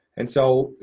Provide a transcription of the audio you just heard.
and so,